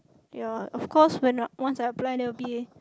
ya of course when I once I apply an L_P_A